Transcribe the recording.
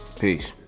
Peace